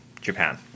Japan